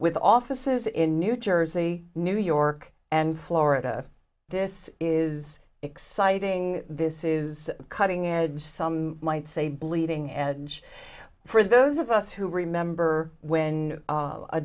with offices in new jersey new york and florida this is exciting this is cutting edge some might say bleeding edge for those of us who remember when